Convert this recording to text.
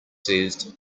seized